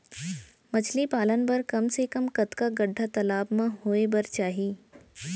मछली पालन बर कम से कम कतका गड्डा तालाब म होये बर चाही?